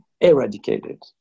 eradicated